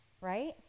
Right